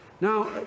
Now